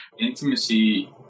intimacy